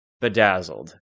Bedazzled